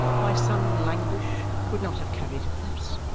my son languish, would not have carried it thus.